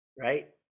Right